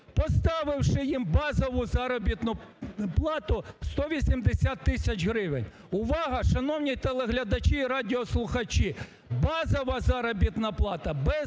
поставивши їм базову заробітну плату в 180 тисяч гривень. Увага! Шановні телеглядачі і радіослухачі! Базова заробітна плата без